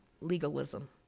legalism